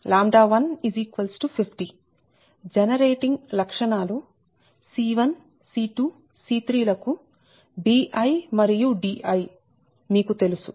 150 generating ఉత్పత్తి లక్షణాలు C1C2C3 ల కు bi మరియు di మీకు తెలుసు